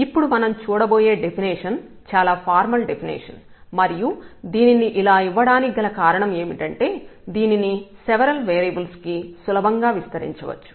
ఇప్పుడు మనం చూడబోయే డెఫినిషన్ చాలా ఫార్మల్ డెఫినిషన్ మరియు దీనిని ఇలా ఇవ్వడానికి గల కారణం ఏమిటంటే దీనిని సెవరల్ వేరియబుల్స్ కు సులభంగా విస్తరించవచ్చు